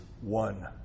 one